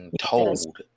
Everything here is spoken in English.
Told